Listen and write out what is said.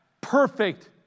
perfect